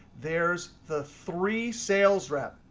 there's the three sales reps.